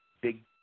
big